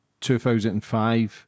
2005